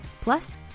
Plus